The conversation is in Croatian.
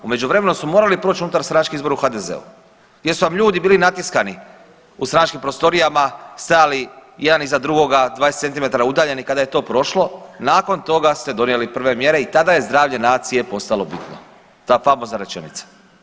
U međuvremenu su morali proć unutarstranački izbori u HDZ-u gdje su vam ljudi bili natiskani u stranačkim prostorijama, stajali jedan iza drugoga 20 cm udaljeni, kada je to prošlo nakon toga ste donijeli prve mjere i tada je zdravlje nacije postalo bitno, ta famozna rečenica.